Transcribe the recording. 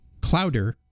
clouder